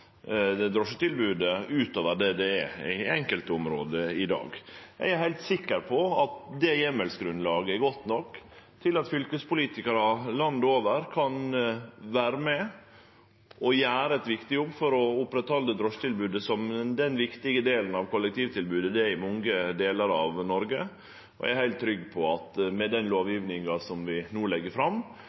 utover det det er i enkelte område i dag. Eg er heilt sikker på at det grunnlaget for heimel er godt nok til at politikarar landet over kan vere med og gjere ein viktig jobb for å oppretthalde drosjetilbodet som den viktige delen av kollektivtilbodet det er i mange delar av Noreg, og eg er heilt trygg på at med den lovgjevinga vi legg fram